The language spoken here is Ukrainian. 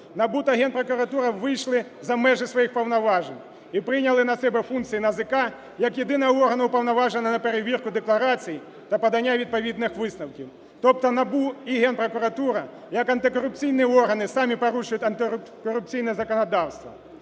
НАБУ та Генпрокуратура вийшли за межі своїх повноважень і прийняли на себе функції НАЗК як єдиного органу, уповноваженого на перевірку декларацій та подання відповідних висновків. Тобто НАБУ і Генпрокуратура як антикорупційні органи самі порушують антикорупційне законодавство.